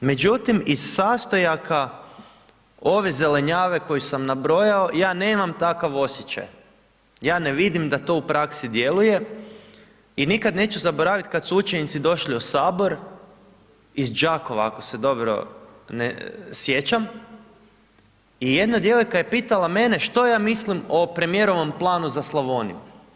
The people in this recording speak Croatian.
Međutim, iz sastojaka ove zelenjave koju sam nabrojao, ja nemam takav osjećaj, ja ne vidim da to u praksi djeluje i nikad neću zaboravit kad su učenici došli u HS iz Đakova, ako se dobro sjećam, i jedna djevojka je pitala mene što ja mislim o premijerovom planu za Slavoniju?